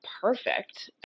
perfect